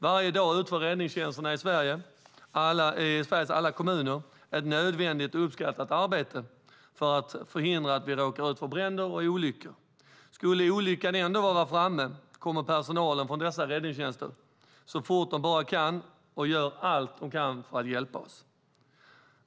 Varje dag utför räddningstjänsterna i Sveriges alla kommuner ett nödvändigt och uppskattat arbete för att förhindra att vi råkar ut för bränder och olyckor. Skulle olyckan ändå vara framme kommer personalen från dessa räddningstjänster så fort de bara kan och gör allt de kan för att hjälpa oss.